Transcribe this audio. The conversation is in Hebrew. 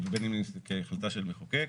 ובין אם נתייחס אליה כהחלטה של מחוקק,